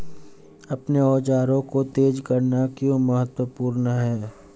अपने औजारों को तेज करना क्यों महत्वपूर्ण है?